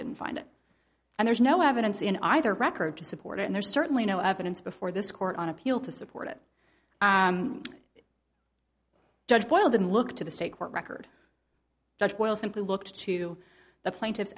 didn't find it and there's no evidence in either record to support it and there's certainly no evidence before this court on appeal to support it judge boyle didn't look to the state court record judge will simply look to the plaintiff